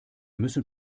müssen